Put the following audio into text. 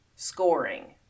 scoring